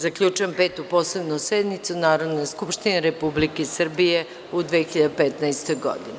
Zaključujem Petu posebnu sednicu Narodne skupštine Republike Srbije u 2015. godini.